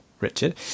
Richard